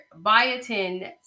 biotin